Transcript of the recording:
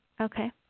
Okay